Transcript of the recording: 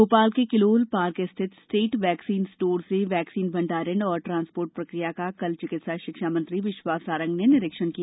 भोपाल के किलोल पार्क स्थित state vaccine store से वैक्सीन भंडारण और ट्रांसपोर्ट प्रकिया का कल चिकित्सा शिक्षा मंत्री विश्वास सारंग ने निरीक्षण किया